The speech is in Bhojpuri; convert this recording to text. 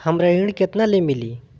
हमरा ऋण केतना ले मिली?